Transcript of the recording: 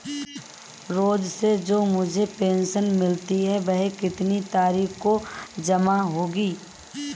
रोज़ से जो मुझे पेंशन मिलती है वह कितनी तारीख को जमा होगी?